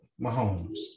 Mahomes